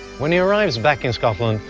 when he arrives back in scotland,